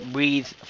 Breathe